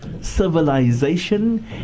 civilization